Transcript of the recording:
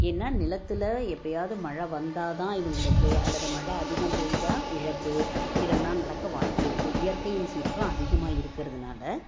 ஏன்னா நிலத்தில் எப்பையாது மழை வந்தா தான் இவங்களுக்கு அல்லது மழை அதிகம் பேய்ஞ்சா இழப்பு இதெல்லாம் நடக்க வாய்ப்பிருக்கு இயற்கையின் சீற்றம் அதிகமாக இருக்கிறதுனால